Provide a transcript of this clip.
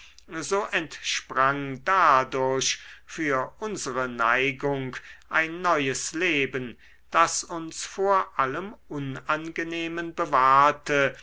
so entsprang dadurch für unsere neigung ein neues leben das uns vor allem unangenehmen bewahrte